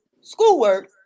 schoolwork